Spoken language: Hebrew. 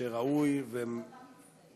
שראוי, גם אתה מצטיין.